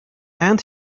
and